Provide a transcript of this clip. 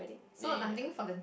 yeah